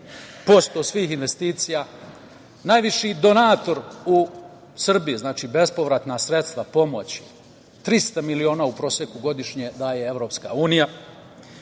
70% svih investicija. Najviši donator u Srbiji, znači, bespovratna sredstva, pomoć 300 miliona u proseku godišnje daje EU.Moram